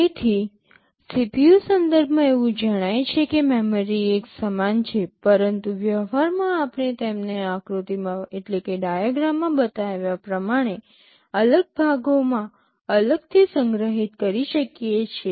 તેથી CPU સંદર્ભમાં એવું જણાય છે કે મેમરી એક સમાન છે પરંતુ વ્યવહારમાં આપણે તેમને આ આકૃતિમાં બતાવ્યા પ્રમાણે અલગ ભાગોમાં અલગથી સંગ્રહિત કરી શકીએ છીએ